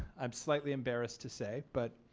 i'm slightly embarrassed to say but